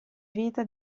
vita